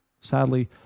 Sadly